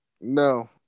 No